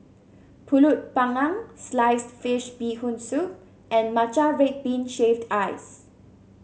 pulut panggang Sliced Fish Bee Hoon Soup and Matcha Red Bean Shaved Ice